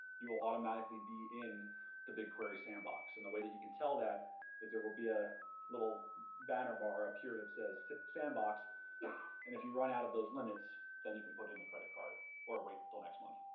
you will automatically be in the bigquery sandbox. and the way that you can tell that is there will be a little banner bar up here that says sandbox. and if you run out of those limits, then you can put in the credit card or wait until next month.